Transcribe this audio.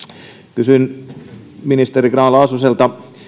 kysyn ministeri grahn laasoselta